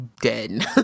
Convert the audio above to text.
dead